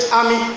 army